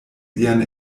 lian